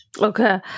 Okay